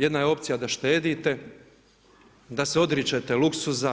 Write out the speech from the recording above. Jedna je opcija da štedite, da se odričete luksuza,